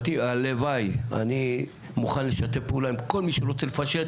הלוואי אני מוכן לשתף פעולה עם כל מי שרוצה לפשט,